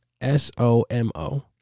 S-O-M-O